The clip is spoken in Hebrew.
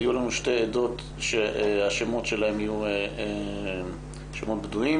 יהיו לנו שתי עדות שהשמות שלהן יהיו שמות בדויים